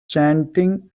chanting